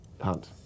Hunt